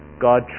God